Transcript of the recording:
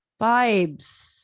Vibes